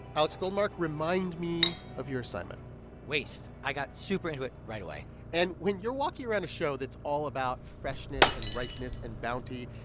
alex goldmark, remind me of your assignment waste. i got super into it right away and when you're walking around a show that's all about freshness and ripeness and bounty,